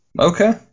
Okay